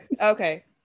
Okay